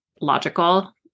logical